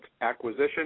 Acquisition